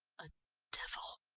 a devil!